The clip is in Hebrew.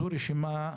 זוהי רשימה,